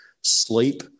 sleep